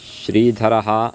श्रीधरः